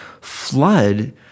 flood